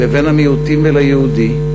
לבן המיעוטים וליהודי,